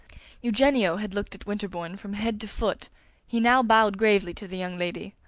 eugenio had looked at winterbourne from head to foot he now bowed gravely to the young lady.